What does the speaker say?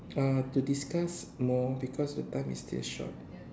uh to discuss more because the time is still short